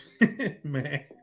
Man